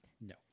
No